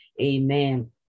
Amen